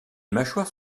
mâchoires